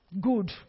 good